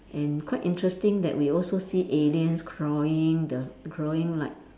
and quite interesting that we also see aliens crawling the crawling like